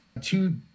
Two